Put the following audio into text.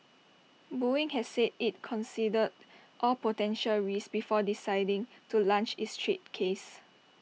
boeing has said IT considered all potential risks before deciding to launch its trade case